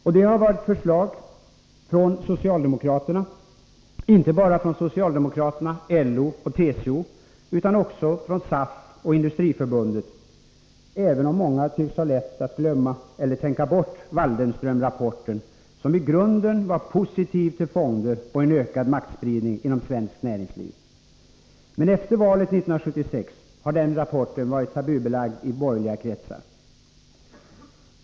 Och det har varit förslag inte bara från socialdemokraterna, LO och TCO utan även från SAF och Industriförbundet, även om många tycks ha lätt att glömma eller tänka bort Waldenströmrapporten som i grunden var positiv till fonder och en ökad maktspridning inom svenskt näringsliv. Men efter valet 1976 har den rapporten varit tabubelagd i borgerliga kretsar.